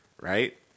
right